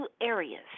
areas